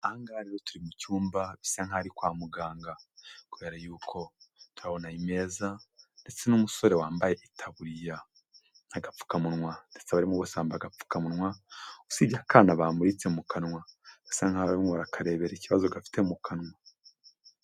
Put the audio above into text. Aha ngaha rero turi mu cyumba bisa nkaho ari kwa muganga, kubera yuko turahabona imeza ndetse n'umusore wambaye itaburiya n'agapfukamunwa ndetse abarimo bose bambaye agapfukamuwa usibye akana bamuritse mu kanwa basa nkaho barimo barakarebera ikibazo gafite mu kanwa.